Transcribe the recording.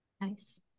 Nice